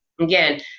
again